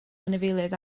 anifeiliaid